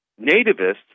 nativists